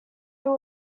who